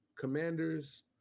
Commanders